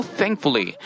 thankfully